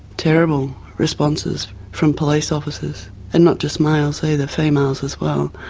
terrible responses from police officers and not just males either, females as well,